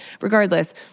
regardless